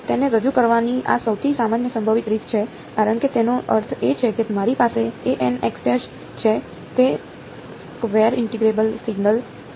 તેને રજૂ કરવાની આ સૌથી સામાન્ય સંભવિત રીત છે કારણ કે તેનો અર્થ એ છે કે મારી પાસે છે તે સ્ક્વેર ઇન્ટિગ્રેબલ સિગ્નલ છે